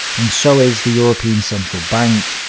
and so is the european central bank.